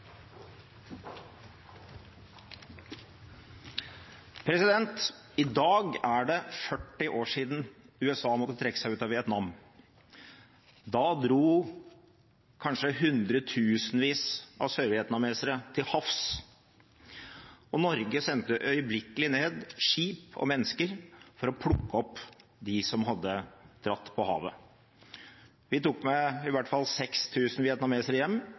det 40 år siden USA måtte trekke seg ut av Vietnam. Da dro kanskje hundretusenvis av sørvietnamesere til havs, og Norge sendte øyeblikkelig ned skip og mennesker for å plukke opp de som hadde dratt på havet. Vi tok i hvert fall 6 000 vietnamesere med hjem.